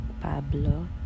Pablo